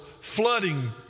flooding